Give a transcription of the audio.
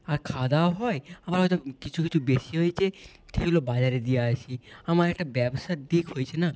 আর খাওয়াদাওয়াও হয় আবার হয়তো কিছু কিছু বেশি হয়েছে সেগুলো বাজারে দিয়ে আসি আমার একটা ব্যবসার দিক হয়েছে না